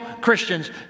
Christians